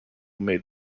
made